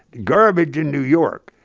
garbage in new york,